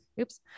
oops